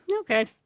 Okay